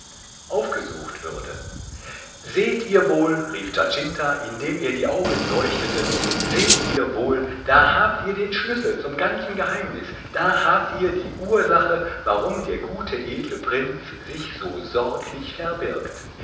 aufgesucht würde seht ihr wohl rief giacinta indem ihr die augen leuchteten seht ihr wohl da habt ihr den schlüssel zum ganzen geheimnis da habt ihr die ursache warum der gute edle prinz sich so sorglich verbirgt